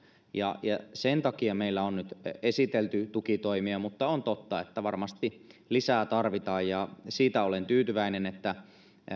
ja sen takia meillä on nyt esitelty tukitoimia mutta on totta että varmasti lisää tarvitaan siitä olen tyytyväinen että